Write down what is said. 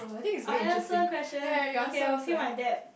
I answer question okay I'll pay my debt